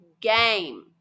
game